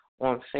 on